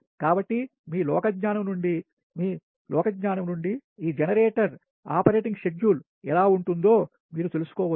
కాబట్టి మీ లోకజ్ఞానం నుండి మీ లోకజ్ఞానం నుండి ఈ జనరేటర్ ఆపరేటింగ్ షెడ్యూల్ ఎలా ఉంటుందో మీరు తెలుసుకో వచ్చు